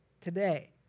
today